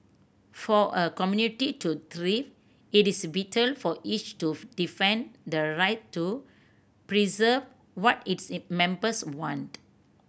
for a community to thrive it is vital for each to defend the right to preserve what its the members want